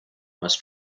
must